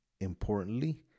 importantly